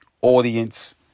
audience